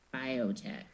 biotech